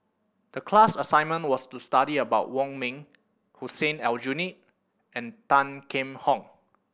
the class assignment was to study about Wong Ming Hussein Aljunied and Tan Kheam Hock